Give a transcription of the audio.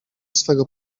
swego